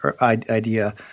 idea